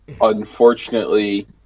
Unfortunately